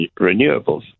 renewables